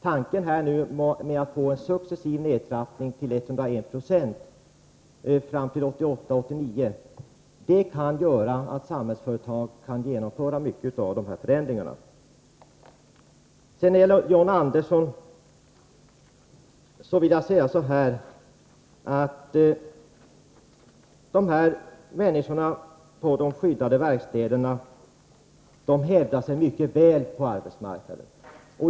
Tanken med att få en successiv nedtrappning till 10196 fram till 1988/89 kan bidra till att Samhällsföretag kan genomföra många av dessa förändringar. Till John Andersson vill jag säga att människorna på de skyddade verkstäderna hävdar sig mycket väl på arbetsmarknaden.